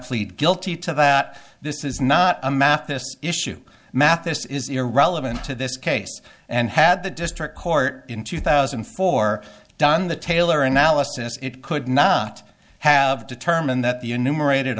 plead guilty to that this is not a math this issue math this is irrelevant to this case and had the district court in two thousand and four done the taylor analysis it could not have determined that the union rated